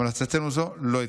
המלצתנו זו לא התקבלה.